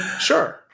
Sure